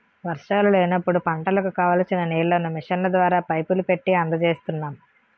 వర్షాలు లేనప్పుడు పంటలకు కావాల్సిన నీళ్ళను మిషన్ల ద్వారా, పైపులు పెట్టీ అందజేస్తున్నాం